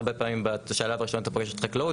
הרבה פעמים בשלב הראשון אתה פוגש את החקלאות,